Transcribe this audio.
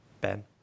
Ben